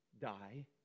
die